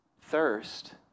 thirst